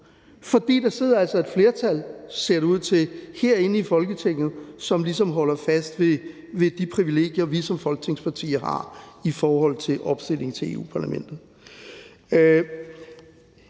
For der sidder altså et flertal, ser det ud til, herinde i Folketinget, som ligesom holder fast ved de privilegier, vi som folketingspartier har i forhold til opstilling til Europa-Parlamentet.